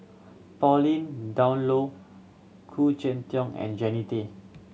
Pauline Dawn Loh Khoo Cheng Tiong and Jannie Tay